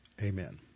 Amen